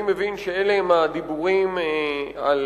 אני מבין שאלה הדיבורים על